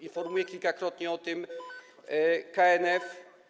Informuje kilkakrotnie o tym KNF.